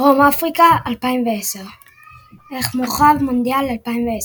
דרום אפריקה 2010 ערך מורחב – מונדיאל 2010